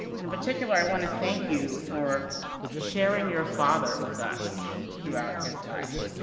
and in particular, i wanna thank you for sharing your father with us throughout his life.